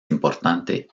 importante